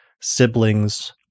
siblings